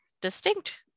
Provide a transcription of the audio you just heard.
distinct